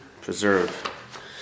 preserve